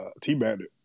T-Bandit